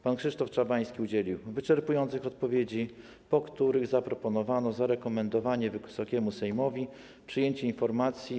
Pan Krzysztof Czabański udzielił wyczerpujących odpowiedzi, po czym zaproponowano zarekomendowanie Wysokiemu Sejmowi przyjęcia informacji.